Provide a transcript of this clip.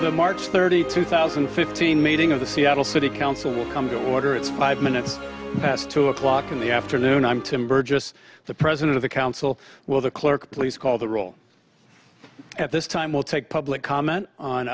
the march thirty two thousand and fifteen meeting of the seattle city council will come to order it's five minutes past two o'clock in the afternoon i'm tim burgess the president of the council will the clerk please call the role at this time we'll take public comment on